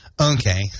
Okay